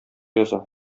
яза